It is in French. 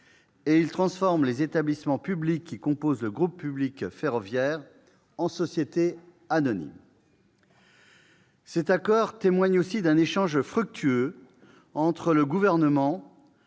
et il transforme les établissements publics qui composent le groupe public ferroviaire en sociétés anonymes. Cet accord témoigne aussi d'un échange fructueux entre le Gouvernement,